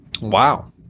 Wow